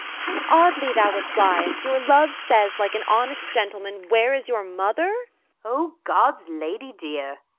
how oddly thou repliest! your love says, like an honest gentleman where is your mother o god's lady dear!